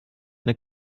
eine